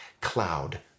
cloud